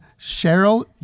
Cheryl